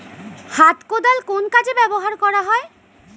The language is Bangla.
হাত কোদাল কোন কাজে ব্যবহার করা হয়?